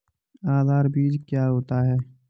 आधार बीज क्या होता है?